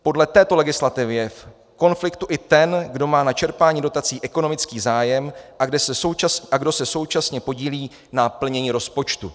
Podle této legislativy je v konfliktu i ten, kdo má na čerpání dotací ekonomický zájem a kdo se současně podílí na plnění rozpočtu.